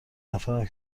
نفرم